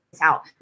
out